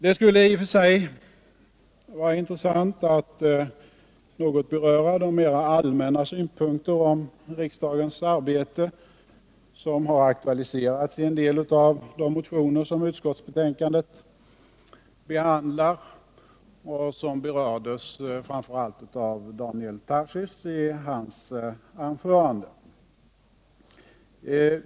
Det skulle i och för sig vara intressant att något beröra de mera allmänna synpunkter på riksdagens arbete som har aktualiserats i en del av de motioner som utskottsbetänkandet behandlar och som berörts av framför allt Daniel Tarschys i hans anförande.